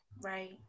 Right